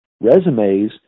resumes